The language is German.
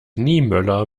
niemöller